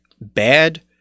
bad